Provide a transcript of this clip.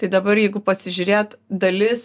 tai dabar jeigu pasižiūrėt dalis